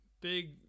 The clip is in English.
big